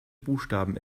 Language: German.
buchstaben